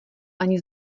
ani